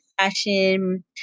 fashion